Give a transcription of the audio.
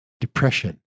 depression